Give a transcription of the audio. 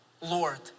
Lord